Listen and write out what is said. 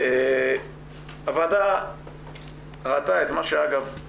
הוועדה ראתה את מה שאגב,